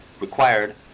required